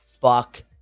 fuck